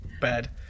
Bad